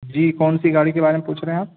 جی کون سی گاڑی کے بارے میں پوچھ رہے ہیں آپ